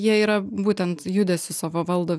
jie yra būtent judesiu savo valdo